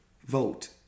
vote